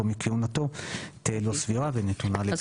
מכהונתו תהיה לא סבירה ונתונה לביקורת שיפוטית.